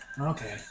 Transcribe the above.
Okay